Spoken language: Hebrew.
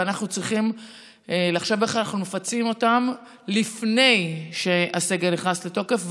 ואנחנו צריכים לחשוב איך אנחנו מפצים אותם לפני שהסגר נכנס לתוקף,